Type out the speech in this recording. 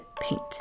paint